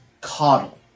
coddle